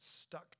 stuck